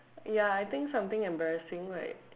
ya I think something embarrassing like